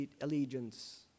allegiance